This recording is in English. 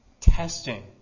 testing